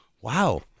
Wow